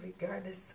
regardless